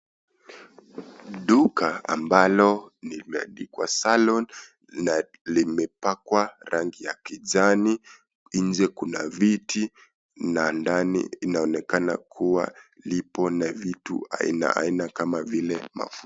Duka ambalo limeandikwa (cs)Salon(cs) na limepakwa rangi ya kijani nje kuna viti na ndani inaonekana kuwa lipo na vitu aina aina kama vile mafuta.